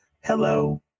hello